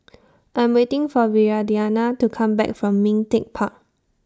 I'm waiting For Viridiana to Come Back from Ming Teck Park